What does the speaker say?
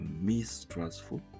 mistrustful